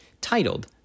titled